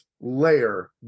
layer